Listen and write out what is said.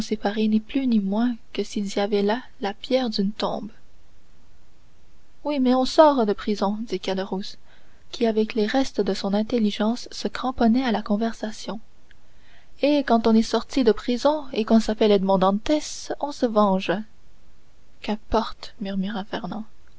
ni plus ni moins que s'il y avait là la pierre d'une tombe oui mais on sort de prison dit caderousse qui avec les restes de son intelligence se cramponnait à la conversation et quand on est sorti de prison et qu'on s'appelle edmond dantès on se venge qu'importe murmura